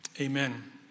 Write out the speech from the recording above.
Amen